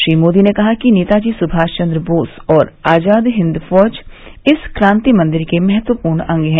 श्री मोदी ने कहा कि नेताजी सुभाषचंद्र बोस और आजाद हिंद फौज इस क्रांति मंदिर के महत्वपूर्ण अंग हैं